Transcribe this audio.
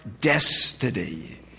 destiny